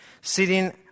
sitting